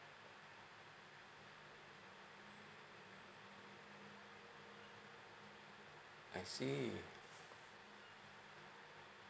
I see